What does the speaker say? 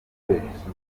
akurikiranyweho